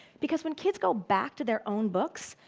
because when kids go back to their own books,